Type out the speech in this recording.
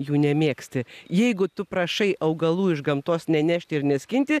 jų nemėgsti jeigu tu prašai augalų iš gamtos nenešti ir neskinti